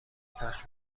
پخش